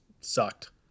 sucked